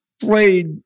played